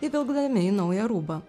įvilkdami į naują rūbą